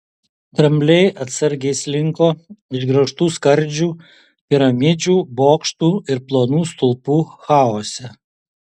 drambliai atsargiai slinko išgraužtų skardžių piramidžių bokštų ir plonų stulpų chaose